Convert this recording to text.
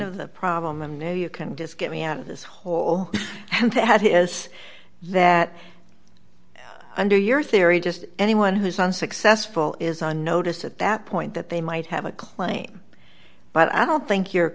of the problem and now you can just get me out of this hole and that is that under your theory just anyone who's unsuccessful is on notice at that point that they might have a claim but i don't think your